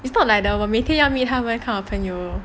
it's not like 我每天要 meet 他们 that kind of 朋友